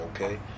okay